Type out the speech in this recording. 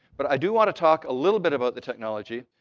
but i do want to talk a little bit about the technology.